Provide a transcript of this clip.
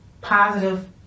positive